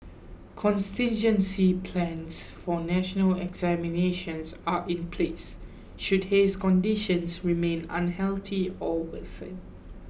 contingency plans for national examinations are in place should haze conditions remain unhealthy or worsen